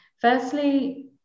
firstly